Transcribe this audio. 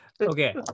Okay